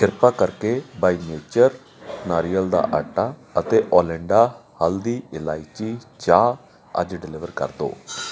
ਕਿਰਪਾ ਕਰਕੇ ਬਈਨੇਚਰ ਨਾਰੀਅਲ ਦਾ ਆਟਾ ਅਤੇ ਓਲਿੰਡਾ ਹਲਦੀ ਇਲਾਇਚੀ ਚਾਹ ਅੱਜ ਡਿਲੀਵਰ ਕਰ ਦਿਉ